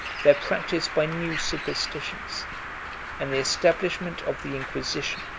their practice by new superstitions and the establishment of the inquisition,